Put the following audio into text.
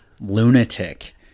lunatic